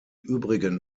übrigen